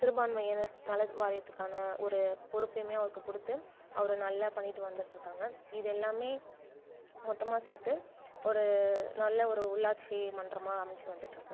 சிறுபான்மையனர் நலவாரியத்துக்கான ஒரு பொறுப்பையுமே அவருக்கு கொடுத்து அவரு நல்லா பண்ணிகிட்டு வந்துகிட்டு இருக்காங்கள் இது எல்லாமே மொத்தமாக சேர்த்து ஒரு நல்ல ஒரு உள்ளாட்சி மன்றமாக அமைஞ்சி வந்துகிட்டு இருக்குது